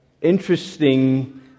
interesting